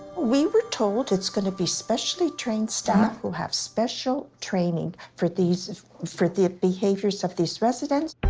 we were told it's going to be specially-trained staff who have special training for these for the behaviours of these residents.